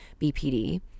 bpd